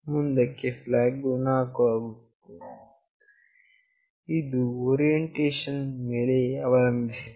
ಮುಂದಕ್ಕೆ flag ವು 4 ಆಗುತ್ತದೆ ಇದು ಓರಿಯೆಂಟೇಷನ್ ನ ಮೇಲೆ ಅವಲಂಭಿಸಿದೆ